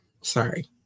sorry